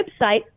website